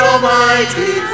Almighty